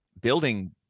building